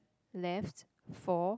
left four